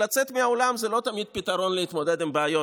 לצאת מהאולם זה לא תמיד פתרון להתמודד עם בעיות,